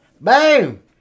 Boom